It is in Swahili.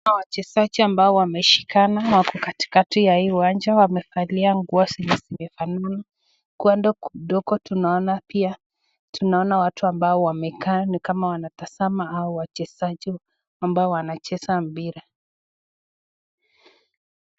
Tunaona wachezaji ambao wameshikana, wako katikati ya hii uwanja, wamevalia nguo zenye zimefanana, kando kidogo tunaona pia, tunaona watu ambao wamekaa ni kama wanatazama hawa wachezaji ambao wanacheza mpira.